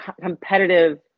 competitive